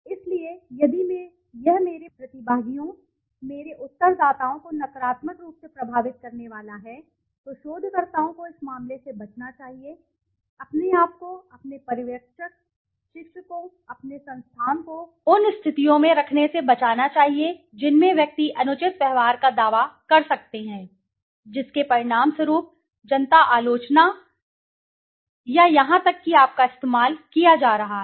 इसलिए यदि यह मेरे प्रतिभागियों मेरे उत्तरदाताओं को नकारात्मक रूप से प्रभावित करने वाला है तो शोधकर्ताओं को इस मामले से बचना चाहिए अपने आप को अपने पर्यवेक्षक शिक्षकों अपने संस्थान को उन स्थितियों में रखने से बचाना चाहिए जिनमें व्यक्ति अनुचित व्यवहार का दावा कर सकते हैं जिसके परिणामस्वरूप जनता आलोचना या यहां तक कि आप का इस्तेमाल किया जा रहा है